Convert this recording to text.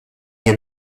nie